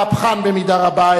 מהפכן במידה רבה,